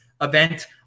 event